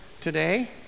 today